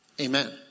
Amen